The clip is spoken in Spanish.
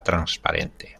transparente